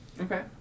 Okay